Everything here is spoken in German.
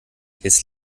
jetzt